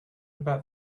about